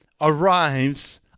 arrives